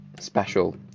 special